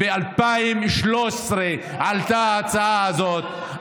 ב-2013 עלתה ההצעה הזאת.